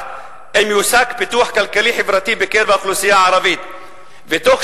אם יושג פיתוח כלכלי-חברתי בקרב האוכלוסייה הערבית ותוך